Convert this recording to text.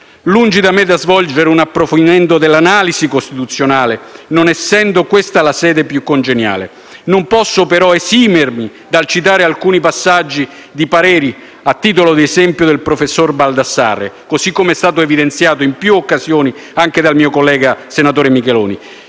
Lungi da me svolgere un approfondimento dell'analisi costituzionale, non essendo questa la sede più congeniale, ma non posso esimermi dal citare alcuni passaggi di pareri: a titolo di esempio il parere del professor Baldassarre (richiamato in più occasioni anche dal mio collega Micheloni),